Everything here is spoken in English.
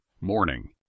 morning